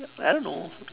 I don't know